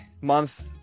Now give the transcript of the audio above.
month